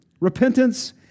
repentance